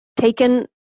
taken